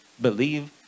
Believe